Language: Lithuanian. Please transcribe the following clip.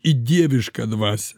į dievišką dvasią